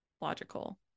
logical